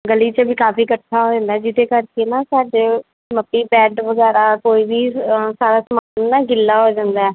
ਗਲੀ 'ਚ ਵੀ ਕਾਫੀ ਇਕੱਠਾ ਹੋ ਜਾਂਦਾ ਜਿਹਦੇ ਕਰਕੇ ਨਾ ਸਾਡੇ ਬੈਡ ਵਗੈਰਾ ਕੋਈ ਵੀ ਸਾਰਾ ਸਮਾਨ ਨਾ ਗਿੱਲਾ ਹੋ ਜਾਂਦਾ